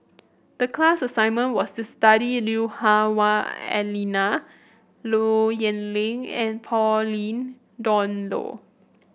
the class assignment was to study Lui Hah Wah Elena Low Yen Ling and Pauline Dawn Loh